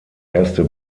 erste